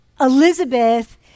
Elizabeth